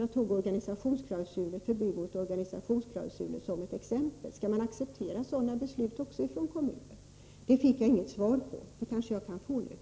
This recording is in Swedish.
Jag tog förbud mot organisationsklausuler som ett exempel. Skall man också acceptera sådana beslut från kommuner? Den frågan fick jag som sagt inget svar på. Det kanske jag kan få nu.